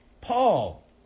Paul